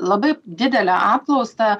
labai didelę apklausą